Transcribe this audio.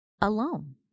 alone